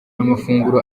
amafunguro